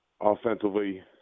Offensively